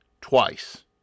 twice